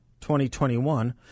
2021